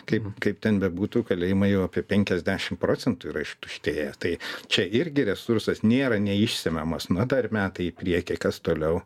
kaip kaip ten bebūtų kalėjimai jau apie penkiasdešim procentų yra ištuštėję tai čia irgi resursas nėra neišsemiamas na dar metai į priekį kas toliau